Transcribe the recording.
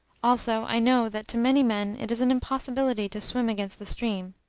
also, i know that, to many men, it is an impossibility to swim against the stream.